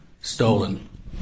stolen